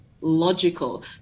logical